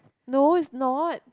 no it's not